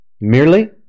merely